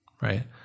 right